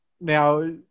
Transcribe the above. Now